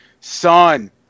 son